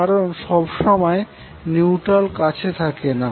কারণ সবসময় নিউট্রাল কাছে থাকে না